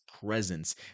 presence